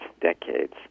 decades